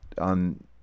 on